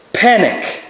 Panic